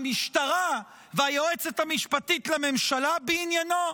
המשטרה והיועצת המשפטית לממשלה בעניינו?